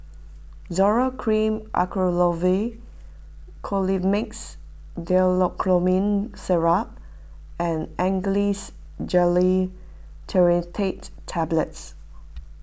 Zoral Cream Acyclovir Colimix Dicyclomine Syrup and Trinitrate Tablets